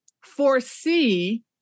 foresee